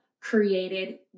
created